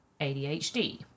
ADHD